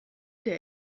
der